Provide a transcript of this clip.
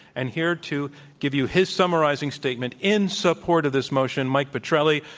and here to give you his summarizing statement in support of this motion, mike petrilli,